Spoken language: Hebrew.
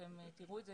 אתם תראו את זה,